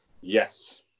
Yes